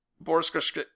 Boris